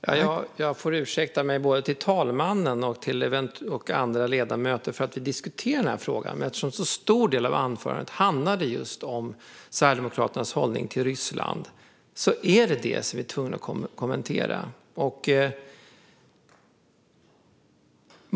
Herr talman! Jag får be om ursäkt både till talmannen och andra ledamöter för att jag diskuterar den här frågan. Men eftersom en så stor del av anförandet handlade just om Sverigedemokraternas hållning till Ryssland var jag tvungen att kommentera det.